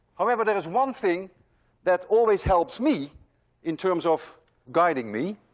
however, there is one thing that always helps me in terms of guiding me